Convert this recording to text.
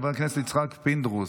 חבר הכנסת יצחק פינדרוס,